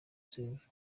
silver